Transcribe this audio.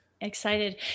Excited